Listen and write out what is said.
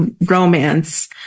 romance